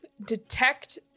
detect